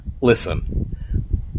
Listen